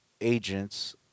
agents